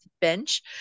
bench